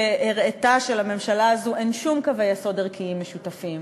שהראתה שלממשלה הזו אין שום קווי יסוד ערכיים משותפים,